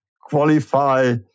qualify